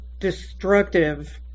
destructive